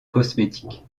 cosmétique